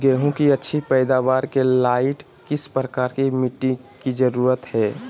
गेंहू की अच्छी पैदाबार के लाइट किस प्रकार की मिटटी की जरुरत है?